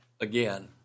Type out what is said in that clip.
again